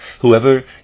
Whoever